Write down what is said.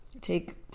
take